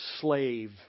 slave